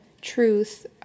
truth